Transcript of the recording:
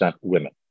women